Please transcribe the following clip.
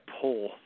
pull